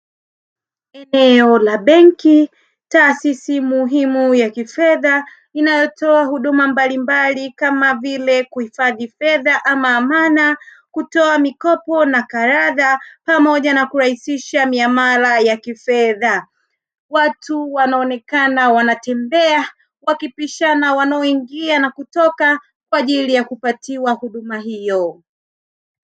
Eneo la benki, taasisi muhimu ya kifedha, inayotoa huduma mbalimbali kama vile: kuhifadhi fedha ama amana, kutoa mikopo na kayadha pamoja na kurahisisha miamala ya kifedha. Watu wanaonekana wanatembea, wakipishana wanaoingia na kutoka kwa ajili ya kupatiwa huduma hiyo.